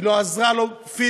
היא לא עזרה לו פיזית,